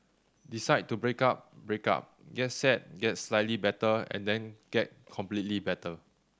decide to break up break up get sad get slightly better and then get completely better